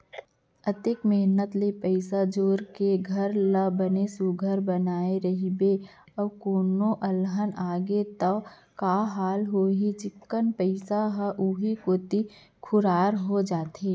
अतेक मेहनत ले पइसा जोर के घर ल बने सुग्घर बनाए रइबे अउ कोनो अलहन आगे त का हाल होही चिक्कन पइसा ह उहीं कोती खुवार हो जाथे